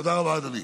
תודה רבה, אדוני.